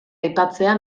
aipatzea